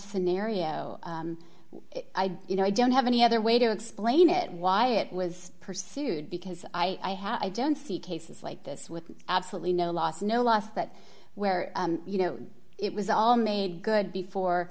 know i don't have any other way to explain it why it was pursued because i i don't see cases like this with absolutely no loss no loss that where you know it was all made good before